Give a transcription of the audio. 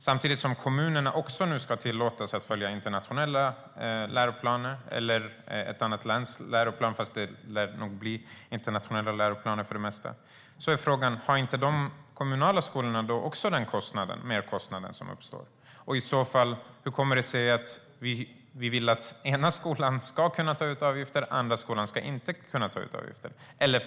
Samtidigt ska kommunerna nu tillåtas att följa internationella läroplaner eller ett annat lands läroplan; för det mesta lär det nog bli internationella läroplaner. Då är frågan om det inte uppstår en merkostnad också för de kommunala skolorna. Och hur kommer det sig i så fall att vi vill att den ena skolan ska kunna ta ut avgifter men inte den andra skolan?